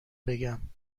بگم